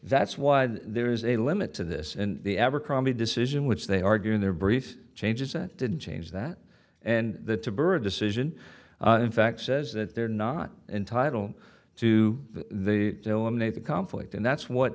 that's why there is a limit to this and the abercrombie decision which they argue in their brief changes that didn't change that and the bird decision in fact says that they're not entitled to the eliminate the conflict and that's what